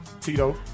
Tito